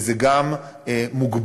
וזה גם מוגבל,